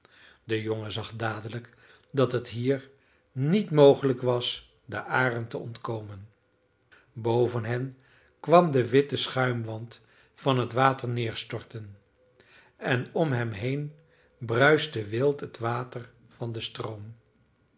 de jongen zag dadelijk dat t hier niet mogelijk was den arend te ontkomen boven hen kwam de witte schuimwand van het water neerstorten en om hem heen bruiste wild t water van den stroom